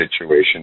situation